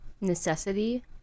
necessity